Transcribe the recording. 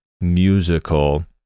musical